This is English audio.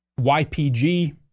YPG